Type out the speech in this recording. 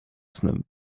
snem